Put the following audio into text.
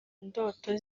ndoto